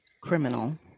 criminal